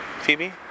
Phoebe